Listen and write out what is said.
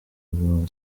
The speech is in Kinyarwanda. buzima